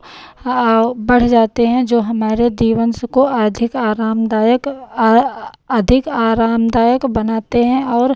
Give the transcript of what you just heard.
बढ़ जाते हैं जो हमारे जीवन सुख को अधिक आरामदायक अधिक आरामदायक बनाते हैं और